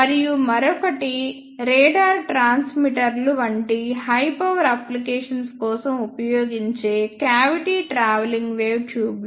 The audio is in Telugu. మరియు మరొకటి రాడార్ ట్రాన్స్మిటర్లు వంటి హై పవర్ అప్లికేషన్స్ కోసం ఉపయోగించే క్యావిటీ ట్రావెలింగ్ వేవ్ ట్యూబ్లు